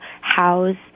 house